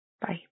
Bye